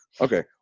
Okay